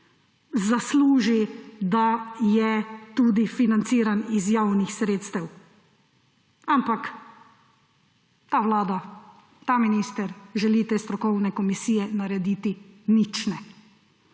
zasluži, da je tudi financiran iz javnih sredstev. Ampak ta vlada, ta minister želi te strokovne komisije narediti nične.